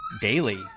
daily